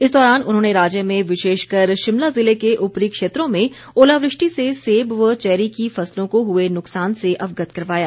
इस दौरान उन्होंने राज्य में विशेषकर शिमला जिले के ऊपरी क्षेत्रों में ओलावृष्टि से सेब व चैरी की फसलों को हए नुकसान से अवगत करवाया